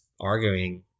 arguing